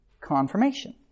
confirmation